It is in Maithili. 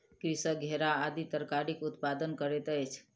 कृषक घेरा आदि तरकारीक उत्पादन करैत अछि